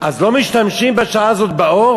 אז לא משתמשים בשעה הזאת באור?